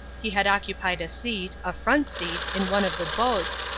he had occupied a seat, a front seat, in one of the boats,